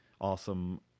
awesome